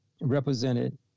represented